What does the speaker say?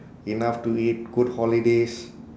enough to eat good holidays